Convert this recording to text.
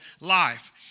life